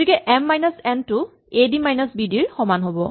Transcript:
গতিকে M minus N টো A D minus B D ৰ সমান হ'ব